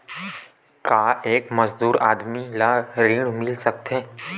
का एक मजदूर आदमी ल ऋण मिल सकथे?